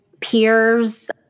peers